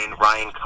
Ryan